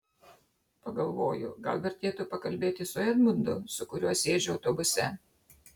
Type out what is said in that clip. pagalvoju gal vertėtų pakalbėti su edmundu su kuriuo sėdžiu autobuse